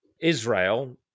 Israel